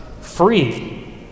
free